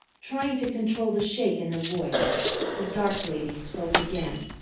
trying to control the shake in her voice the dark lady spoke again.